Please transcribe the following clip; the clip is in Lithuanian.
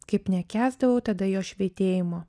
kaip nekęsdavau tada jos švytėjimo